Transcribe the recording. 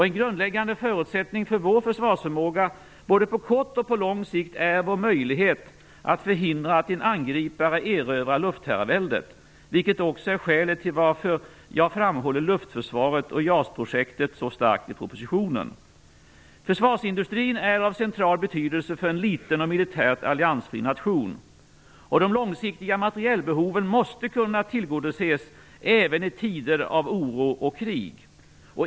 En grundläggande förutsättning för vår försvarsförmåga både på kort och på lång sikt är vår möjlighet att förhindra att en angripare erövrar luftherraväldet, vilket också är skälet till att jag i propositionen framhåller luftförsvaret och JAS projektet så starkt. Försvarsindustrin är av central betydelse för en liten och militärt alliansfri nation, och de långsiktiga materielbehoven måste kunna tillgodoses även i tider av oro och krig.